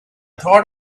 thought